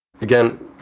again